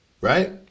Right